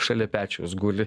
šalia pečiaus guli